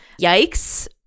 yikes